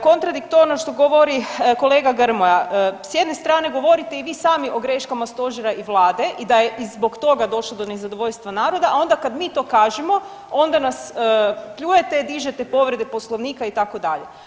Kontradiktorno što govori kolega Grmoja, s jedne strane govorite i vi sami o graškama stožera i vlade i da je i zbog toga došlo do nezadovoljstva naroda, a onda kad mi to kažemo, onda nas pljujete dižete povrede Poslovnika itd.